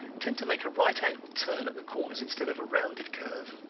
tend to make a right-angled turn at the corners instead of a rounded curve.